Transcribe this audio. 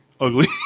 ugly